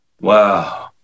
Wow